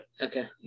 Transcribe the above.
Okay